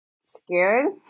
scared